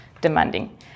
demanding